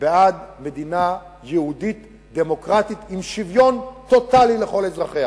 בעד מדינה יהודית דמוקרטית עם שוויון טוטלי לכל אזרחיה.